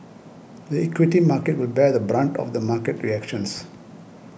the equity market will bear the brunt of the market reactions